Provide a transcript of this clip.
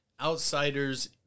outsider's